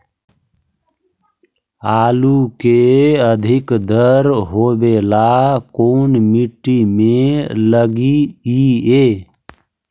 आलू के अधिक दर होवे ला कोन मट्टी में लगीईऐ?